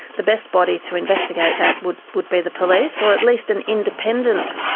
the best body to investigate that would would be the police, or at least an independent,